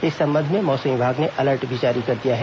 इस संबंध में मौसम विभाग ने अलर्ट भी जारी कर दिया है